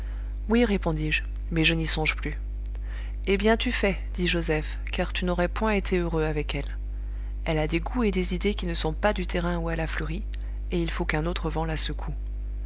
oui répondis-je mais je n'y songe plus et bien tu fais dit joseph car tu n'aurais point été heureux avec elle elle a des goûts et des idées qui ne sont pas du terrain où elle a fleuri et il faut qu'un autre vent la secoue